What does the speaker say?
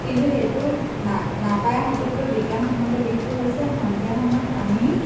কিন্তু সেইটো না নাপায় শব্দটোৰ বিজ্ঞানসন্মত দিশটো হৈছে সন্ধিয়া সময়ত আমি